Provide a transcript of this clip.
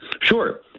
Sure